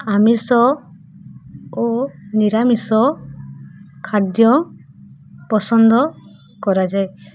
ଆମିଷ ଓ ନିରାମିଷ ଖାଦ୍ୟ ପସନ୍ଦ କରାଯାଏ